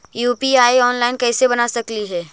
UPI online कैसे बना सकली हे?